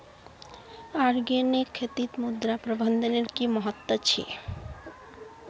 organic खेतीत मृदा प्रबंधनेर कि महत्व छे